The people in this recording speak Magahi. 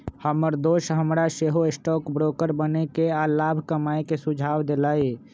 हमर दोस हमरा सेहो स्टॉक ब्रोकर बनेके आऽ लाभ कमाय के सुझाव देलइ